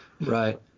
Right